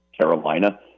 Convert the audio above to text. Carolina